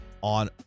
on